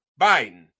Biden